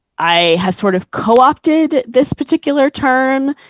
i have sort of co-opted this particular term.